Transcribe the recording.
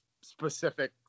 specific